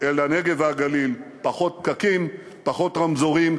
אל הנגב והגליל, פחות פקקים, פחות רמזורים.